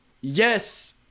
Yes